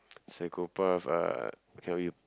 psychopath uh tell you